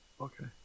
Okay